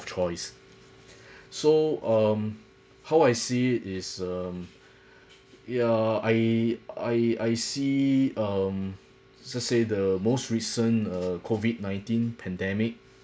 choice so um how I see is um yeah I I I see um s~ say the most recent uh COVID nineteen pandemic